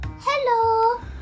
Hello